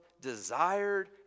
desired